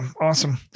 Awesome